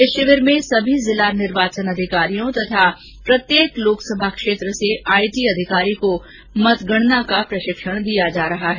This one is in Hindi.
इस शिविर में सभी जिला निर्वाचन अधिकारियों तथा प्रत्येक लोकसभा क्षेत्र से आईटी अधिकारी को मतगणना का प्रशिक्षण दिया जा रहा है